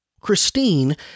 Christine